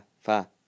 fa